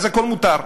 אז הכול מותר.